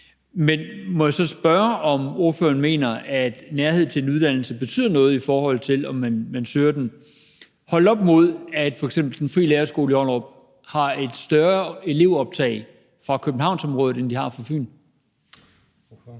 Men må jeg spørge, om ordføreren mener, at nærhed til en uddannelse betyder noget, i forhold til om man søger den, holdt op mod at f.eks. Den Frie Lærerskole i Ollerup har et større elevoptag fra Københavnsområdet, end den har fra Fyn. Kl.